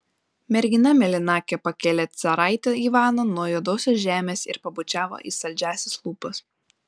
mergina mėlynakė pakėlė caraitį ivaną nuo juodosios žemės ir pabučiavo į saldžiąsias lūpas